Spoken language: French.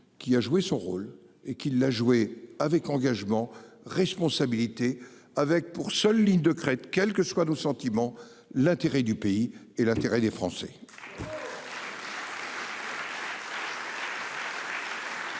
qui a joué son rôle et qu'il a joué avec engagement responsabilité avec pour seule ligne de crête, quelles que soient nos sentiments l'intérêt du pays et l'intérêt des Français.